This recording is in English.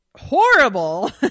horrible